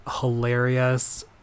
hilarious